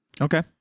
Okay